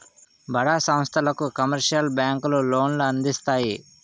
బడా సంస్థలకు కమర్షియల్ బ్యాంకులు లోన్లు అందిస్తాయి